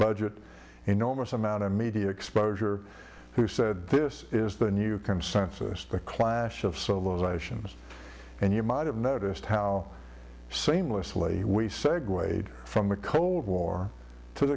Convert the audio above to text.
budget enormous amount of media exposure who said this is the new consensus the clash of civilizations and you might have noticed how seamlessly we segue from the cold war to